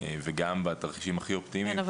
וגם בתרחישים הכי אופטימיים --- כן,